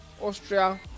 Austria